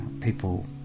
people